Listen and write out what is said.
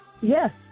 Yes